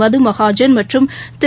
மதுமகாஜன் மற்றும் திரு